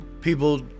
People